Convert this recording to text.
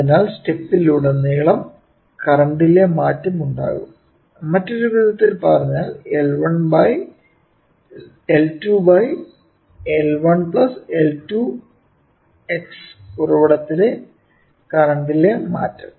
അതിനാൽ സ്റ്റെപ്പിലുടനീളം കറന്റിലെ മാറ്റം ഉണ്ടാകും മറ്റൊരു വിധത്തിൽ പറഞ്ഞാൽ L2 L1 L2 X ഉറവിട കറന്റിലെ മാറ്റം